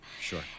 Sure